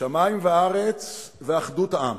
שמים וארץ ואחדות העם.